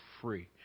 free